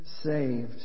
saved